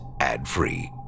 ad-free